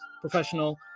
professional